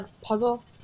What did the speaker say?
puzzle